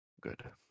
Good